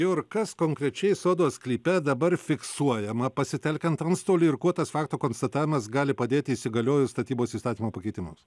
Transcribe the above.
ir kas konkrečiai sodo sklype dabar fiksuojama pasitelkiant anstolį ir kuo tas fakto konstatavimas gali padėti įsigaliojus statybos įstatymo pakeitimams